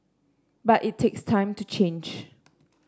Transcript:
but it takes time to change